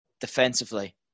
defensively